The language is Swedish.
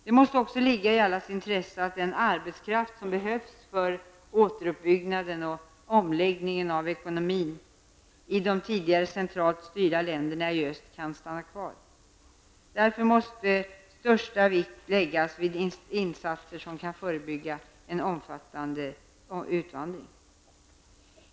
Det måste också ligga i allas intresse att den arbetskraft som behövs för återuppbyggnaden och omläggningen av ekonomin i de tidigare centralt styrda länderna i öst kan stanna kvar. Därför måste största vikt läggas vid insatser som kan förebygga en omfattande utvandring.